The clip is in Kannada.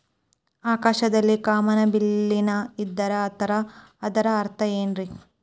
ಆಕಾಶದಲ್ಲಿ ಕಾಮನಬಿಲ್ಲಿನ ಇದ್ದರೆ ಅದರ ಅರ್ಥ ಏನ್ ರಿ?